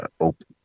open